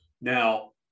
Now